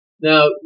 Now